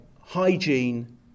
hygiene